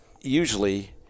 usually